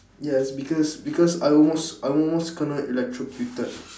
yes because because I almost I almost kena electrocuted